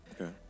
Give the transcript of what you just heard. Okay